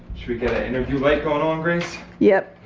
should we get an interview light going on grace? yep.